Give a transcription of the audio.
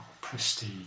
prestige